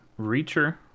Reacher